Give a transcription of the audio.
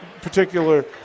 particular